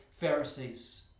Pharisees